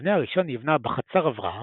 המבנה הראשון נבנה בחצר אברהם,